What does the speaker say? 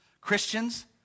christians